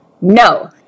No